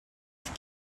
have